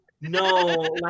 no